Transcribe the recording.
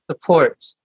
Support